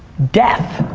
death.